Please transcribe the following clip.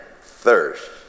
thirst